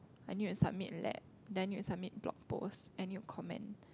I need to submit lab then you submit blog post and you comment